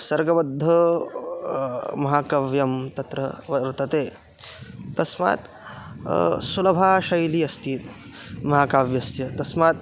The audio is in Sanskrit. सर्गबद्धः महाकाव्यं तत्र वर्तते तस्मात् सुलभाशैली अस्ति महाकाव्यस्य तस्मात्